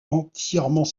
entièrement